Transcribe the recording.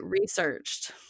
researched